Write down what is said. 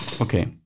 Okay